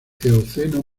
eoceno